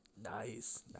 nice